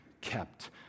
kept